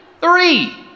Three